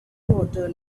water